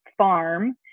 farm